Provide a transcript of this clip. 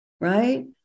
right